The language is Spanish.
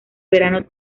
verano